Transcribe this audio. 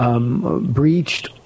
breached